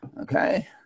okay